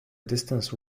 distance